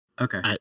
Okay